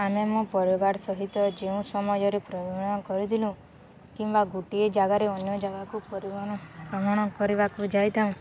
ଆମେ ମୋ ପରିବାର ସହିତ ଯେଉଁ ସମୟରେ କରିଥିଲୁ କିମ୍ବା ଗୋଟିଏ ଜାଗାରେ ଅନ୍ୟ ଜାଗାକୁ ପରିବହନ ଭ୍ରମଣ କରିବାକୁ ଯାଇଥାଉ